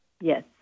Yes